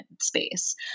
space